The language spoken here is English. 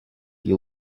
deal